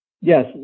Yes